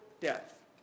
death